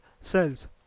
cells